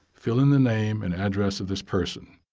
fill in the name and address of this person.